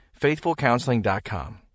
FaithfulCounseling.com